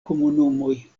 komunumoj